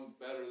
better